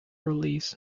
release